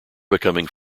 becoming